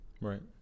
Right